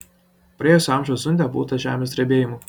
praėjusio amžiaus zunde būta žemės drebėjimų